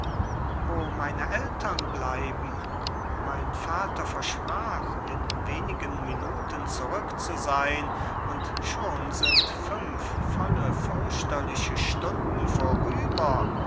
wo meine eltern bleiben mein vater versprach in wenigen minuten zurück zu sein und schon sind fünf volle fürchterliche stunden vorüber wenn